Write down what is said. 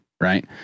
Right